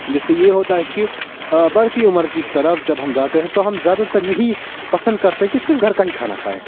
جس سے یہ ہوتا ہے کہ بڑھتی عمر کی طرف جب ہم جاتے ہیں تو ہم زیادہ تر یہی پسند کرتے ہیں کہ صرف گھر کا ہی کھانا کھائیں